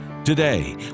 Today